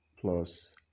plus